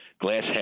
glass